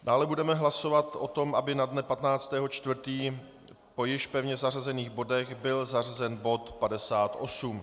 Dále budeme hlasovat o tom, aby na den 15. 4. po již pevně zařazených bodech byl zařazen bod 58.